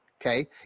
okay